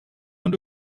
und